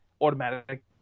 automatic